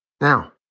Now